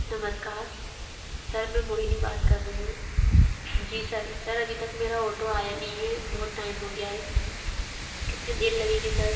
नमस्कार सर मैं मोहिनी बात कर रही हूँ जी सर सर अभी तक मेरा ऑटो आया नहीं है बहुत टाइम हो गया है कितने देर लगेगी सर